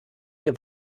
ihr